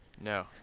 No